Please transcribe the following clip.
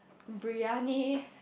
Briyani